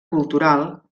cultural